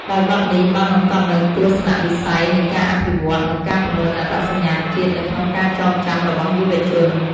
ដោយបទនេះបានបង្កប់នូវទស្សនវិស័យនៃការអភិវឌ្ឍ និងការពង្រឹងអត្តសញ្ញាណជាតិនៅក្នុងការចងចាំរបស់យុវជន។